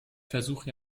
versuche